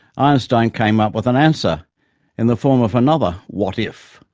einstein came up with an answer in the form of another what if?